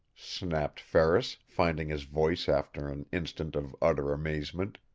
snapped ferris, finding his voice after an instant of utter amazement.